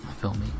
filming